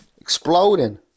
exploding